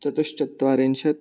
चतुश्चत्वारिंशत्